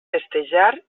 festejar